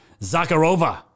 Zakharova